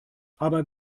aber